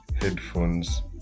headphones